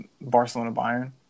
Barcelona-Bayern